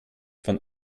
von